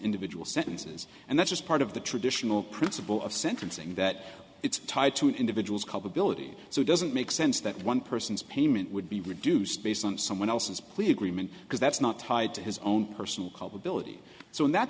individual sentences and that's just part of the traditional principle of sentencing that it's tied to an individual's culpability so it doesn't make sense that one person's payment would be reduced based on someone else's pleas greenman because that's not tied to his own personal culpability so in that